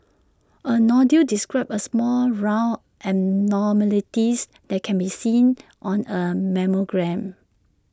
A nodule describes A small round abnormalities that can be seen on A mammogram